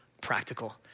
Practical